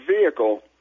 vehicle